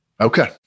Okay